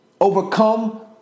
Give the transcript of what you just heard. overcome